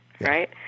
right